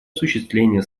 осуществление